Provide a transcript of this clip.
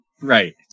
Right